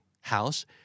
house